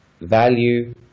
Value